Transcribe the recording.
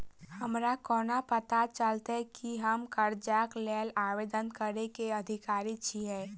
हमरा कोना पता चलतै की हम करजाक लेल आवेदन करै केँ अधिकारी छियै?